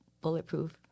bulletproof